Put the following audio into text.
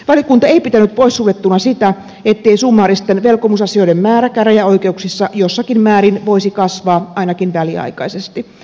valiokunta ei pitänyt poissuljettuna sitä ettei summaaristen velkomusasioiden määrä käräjäoikeuksissa jossakin määrin voisi kasvaa ainakin väliaikaisesti